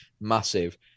massive